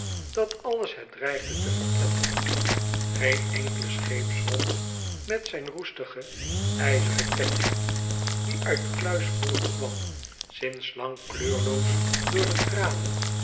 dat alles het dreigde te verpletteren geen enkele scheepsromp met zijn roestigen ijzeren ketting die uit kluisbolen kwam sinds lang kleurloos door de tranen